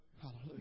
Hallelujah